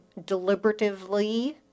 deliberatively